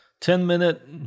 Ten-minute